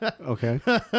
Okay